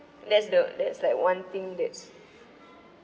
that's the that's like one thing that's